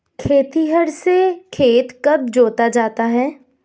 खेतिहर से खेत कब जोता जाता है?